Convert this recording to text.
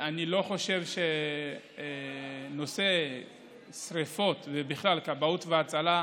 אני חושב שנושא השרפות, ובכלל כבאות והצלה,